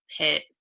pit